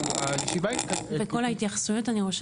ואני רושמת את כל ההתייחסויות.